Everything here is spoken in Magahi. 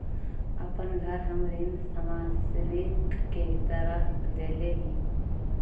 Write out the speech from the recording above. अपन घर हम ऋण संपार्श्विक के तरह देले ही